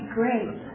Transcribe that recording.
great